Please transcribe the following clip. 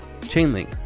Chainlink